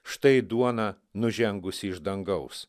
štai duona nužengusi iš dangaus